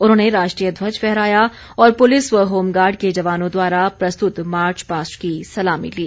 उन्होंने राष्ट्रीय ध्वज फहराया और पुलिस व होमगार्ड के जवानों द्वारा प्रस्तुत मार्च पास्ट की सलामी ली